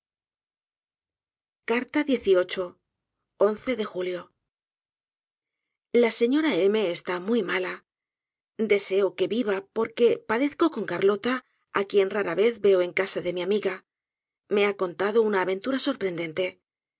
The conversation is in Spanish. de julio la señora m esta muy mala deseo que viva porque padezco con carlota á quien rara vez veo en casa de mi amiga me ha contado una aventura